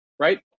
Right